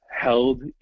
held